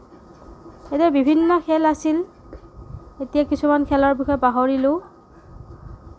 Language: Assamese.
তেনে বিভিন্ন খেল আছিল এতিয়া কিছুমান খেলৰ বিষয়ে পাহৰিলোঁ